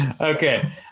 Okay